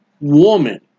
woman